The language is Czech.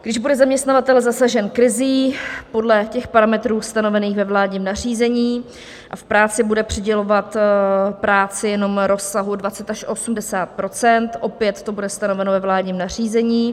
Když bude zaměstnavatel zasažen krizí podle parametrů stanovených ve vládním nařízení a v práci bude přidělovat práci jenom v rozsahu 20 až 80 %, opět to bude stanoveno ve vládním nařízení.